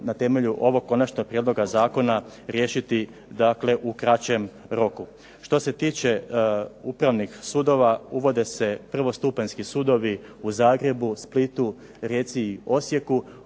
na temelju ovog konačnog prijedloga zakona riješiti dakle u kraćem roku. Što se tiče upravnih sudova uvode se prvostupanjski sudovi u Zagrebu, Splitu, Rijeci i Osijeku.